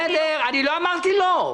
בסדר, אני לא אמרתי לא.